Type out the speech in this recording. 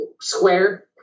square